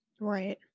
Right